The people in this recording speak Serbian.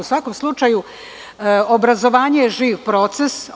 U svakom slučaju, obrazovanje je živ proces.